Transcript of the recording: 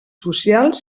social